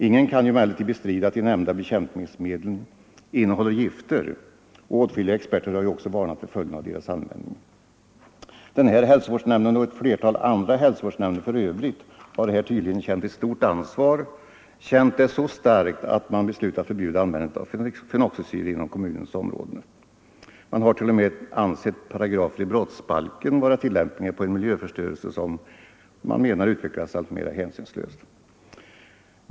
Ingen kan emellertid bestrida att de nämnda bekämpningsmedlen innehåller gifter, och åtskilliga experter har ju också varnat för följderna av deras användning. Den här hälsovårdsnämnden och ett flertal andra hälsovårdsnämnder för övrigt har tydligen känt ett stort ansvar, känt det så starkt att man beslutat förbjuda användandet av fenoxisyror inom kommunens område. Man har t.o.m. ansett paragrafer i brottsbalken vara tillämpliga på en miljöförstörelse som man menar utvecklas alltmera hänsynslöst.